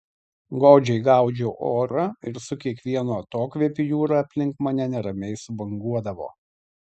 godžiai gaudžiau orą ir su kiekvienu atokvėpiu jūra aplink mane neramiai subanguodavo